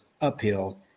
uphill